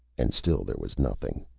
and still there was nothing.